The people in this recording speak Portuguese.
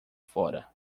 fora